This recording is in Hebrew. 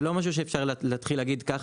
אי-אפשר להגיד: קח,